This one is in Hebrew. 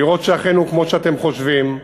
לראות שאכן הוא כמו שאתם חושבים.